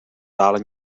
dále